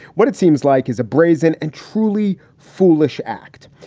what it seems like is a brazen and truly foolish act.